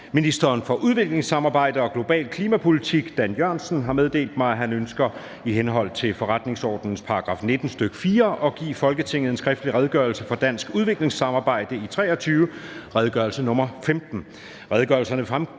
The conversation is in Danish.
Ministeren for udviklingssamarbejde og global klimapolitik (Dan Jørgensen) har meddelt mig, at han ønsker i henhold til forretningsordenens § 19, stk. 4 at give Folketinget en skriftlig Redegørelse for dansk udviklingssamarbejde i 2023. (Redegørelse nr. R 15).